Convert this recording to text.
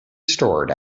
stored